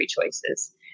choices